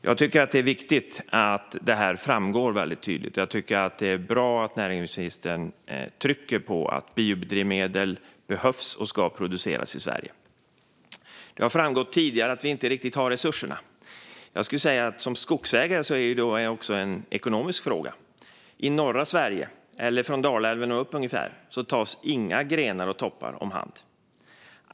Jag tycker att det är viktigt att detta framgår tydligt, och jag tycker att det är bra att näringsministern trycker på att biodrivmedel behövs och ska produceras i Sverige. Det har framgått tidigare att vi inte riktigt har resurserna. Som skogsägare skulle jag säga att det också är en ekonomisk fråga. I norra Sverige, eller ungefär från Dalälven och uppåt, tas inga grenar och toppar om hand.